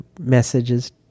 messages